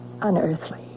unearthly